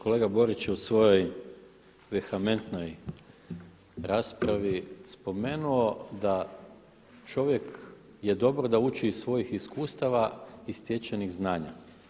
Kolega Borić u svojoj vehementnoj raspravi spomenuo da čovjek je dobro da uči iz svojih iskustava i stečenih znanja.